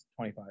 25